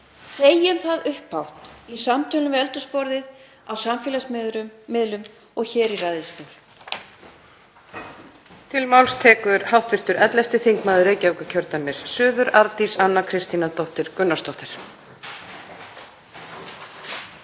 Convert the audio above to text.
Segjum það upphátt í samtölum við eldhúsborðið, á samfélagsmiðlum og hér í ræðustól.